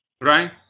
right